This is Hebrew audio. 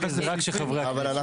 לא, לא.